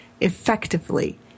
effectively